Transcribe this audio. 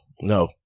no